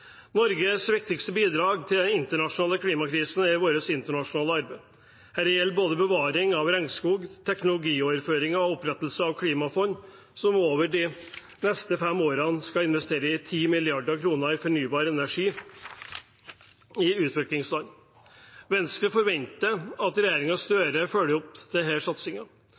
Norges viktigste bidrag til å løse den internasjonale klimakrisen er vårt internasjonale arbeid. Dette gjelder både bevaring av regnskog, teknologioverføringer og opprettelse av et klimafond som gjennom de neste fem årene skal investere 10 mrd. kr i fornybar energi i utviklingsland. Venstre forventer at regjeringen Støre følger opp